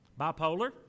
Bipolar